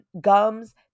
gums